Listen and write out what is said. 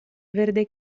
verde